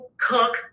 cook